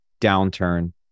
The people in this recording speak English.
downturn